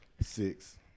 Six